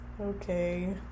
Okay